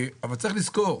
אבל צריך לזכור,